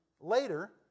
later